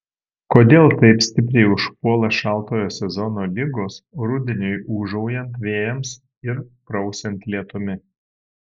kodėl taip stipriai užpuola šaltojo sezono ligos rudeniui ūžaujant vėjams ir prausiant lietumi